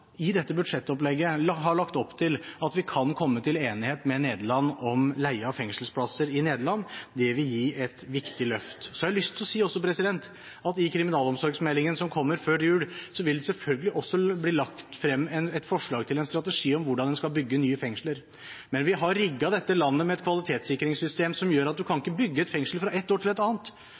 kan komme til enighet med Nederland om leie av fengselsplasser der. Det vil gi et viktig løft. Så har jeg også lyst til å si at i kriminalomsorgsmeldingen som kommer før jul, vil det selvfølgelig også bli lagt frem et forslag til en strategi om hvordan en skal bygge nye fengsler. Men vi har rigget dette landet med et kvalitetssikringssystem som gjør at man ikke kan bygge et fengsel fra et år til et annet,